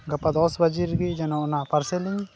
ᱫᱚ ᱫᱚᱥ ᱵᱟᱡᱮ ᱨᱮᱜᱮ ᱡᱮᱱᱚ ᱚᱱᱟ ᱯᱟᱨᱥᱮᱞ ᱤᱧ